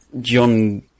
John